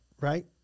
Right